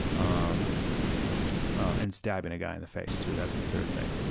um and stabbing a guy in the face too, that's the third thing.